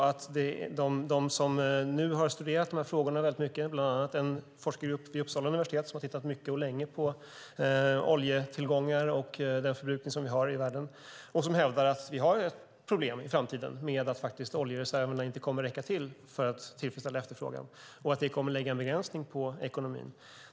Det finns de som har studerat de här frågorna mycket, bland annat en forskargrupp vid Uppsala universitet har tittat mycket och länge på oljetillgångar och den förbrukning som vi har i världen, och man hävdar att vi har ett problem i framtiden med att oljereserverna inte kommer att räcka till för att tillfredsställa efterfrågan och att det kommer att lägga en begränsning på ekonomin.